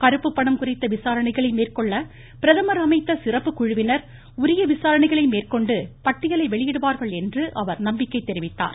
கருப்புபணம் குறித்த விசாரணைகளை மேற்கொள்ள பிரதமர் அமைத்த சிறப்பு குழுவினர் உரிய விசாரணைகளை மேற்கொண்டு பட்டியலை வெளியிடுவார்கள் என்று நம்பிக்கை தெரிவித்தார்